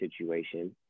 situation